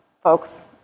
folks